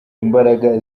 imbaraga